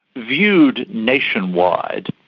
viewed nationwide,